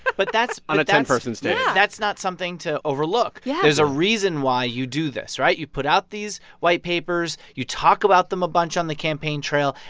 but but that's. on a ten person stage yeah that's not something to overlook yeah there's a reason why you do this, right? you put out these white papers. you talk about them a bunch on the campaign trail.